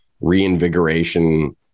reinvigoration